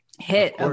hit